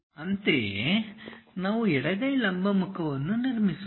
ಅಂತೆಯೇ ನಾವು ಎಡಗೈ ಲಂಬ ಮುಖವನ್ನು ನಿರ್ಮಿಸೋಣ